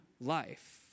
life